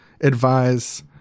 advise